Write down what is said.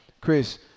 Chris